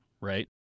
right